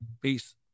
Peace